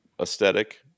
aesthetic